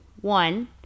One